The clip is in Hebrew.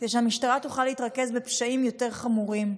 כדי שהמשטרה תוכל להתרכז בפשעים יותר חמורים,